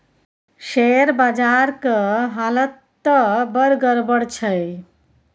share बजारक हालत त बड़ गड़बड़ छै